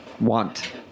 Want